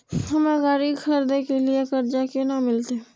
हमरा गाड़ी खरदे के लिए कर्जा केना मिलते?